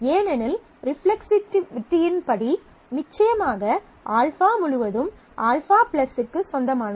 ஏனெனில் ரிஃப்ளெக்ஸிவிட்டியின் படி நிச்சயமாக α முழுதும் α க்கு சொந்தமானது